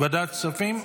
ועדת הכספים?